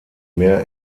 mehr